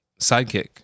sidekick